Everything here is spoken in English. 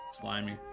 slimy